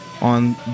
on